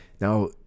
Now